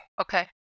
Okay